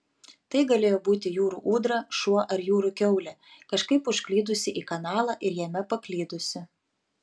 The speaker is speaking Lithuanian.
tai galėjo būti jūrų ūdra šuo ar jūrų kiaulė kažkaip užklydusi į kanalą ir jame paklydusi